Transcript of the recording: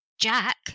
Jack